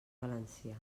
valencià